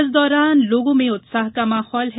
इस दौरान लोगों में उत्साह का माहौल है